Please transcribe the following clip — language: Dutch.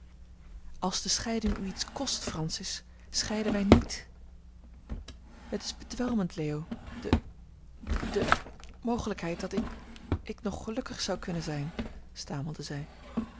als de scheiding u iets kost francis scheiden wij niet het is bedwelmend leo de de mogelijkheid dat ik ik nog gelukkig zou kunnen zijn stamelde zij